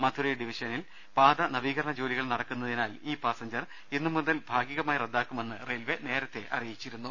മധുരൈ ഡിവിഷനിൽ പാത നവീകരണ ജോലികൾ നടക്കുന്നതിനാൽ ഈ പാസഞ്ചർ ഇന്നുമുതൽ ഭാഗികമായി റദ്ദാക്കുമെന്ന് റെയിൽവെ നേരത്തെ അറിയിച്ചിരുന്നു